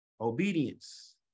obedience